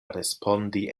respondi